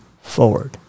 forward